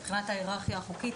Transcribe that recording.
מבחינת ההיררכיה החוקית,